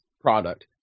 product